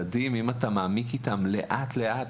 מעמיק איתם לאט לאט,